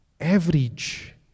average